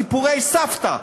סיפורי סבתא.